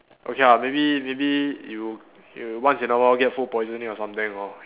okay ah maybe maybe you you once in a while you get food poisoning or something or